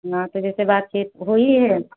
हाँ तो जैसे बातचीत होई हुई है